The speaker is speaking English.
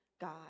God